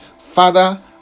Father